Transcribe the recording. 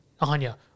Anya